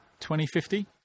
2050